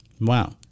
Wow